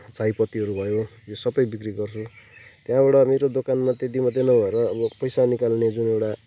चाय पत्तिहरू भयो यो सबै बिक्री गर्छु त्यहाँबाट मेरो दोकानमा त्यत्ति मात्रै नभएर यो पैसा निकाल्ने जुन एउटा